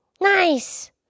Nice